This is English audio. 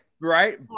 right